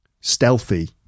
stealthy